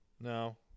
No